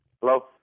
Hello